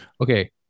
Okay